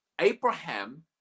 Abraham